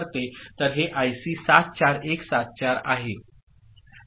तर हे आयसी 74174 आहे